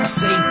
say